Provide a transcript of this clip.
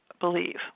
believe